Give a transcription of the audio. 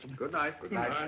good night. good night.